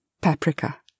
paprika